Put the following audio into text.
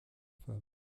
femme